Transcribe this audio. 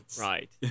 Right